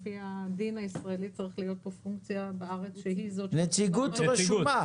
לפי הדין הישראלי צריכה להיות בארץ פונקציה -- נציגות רשומה.